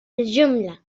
الجملة